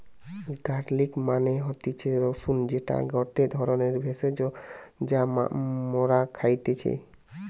garlic মানে হতিছে রসুন যেটা গটে ধরণের ভেষজ যা মরা খাইতেছি